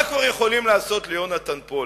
מה כבר יכולים לעשות ליהונתן פולארד?